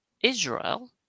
Israel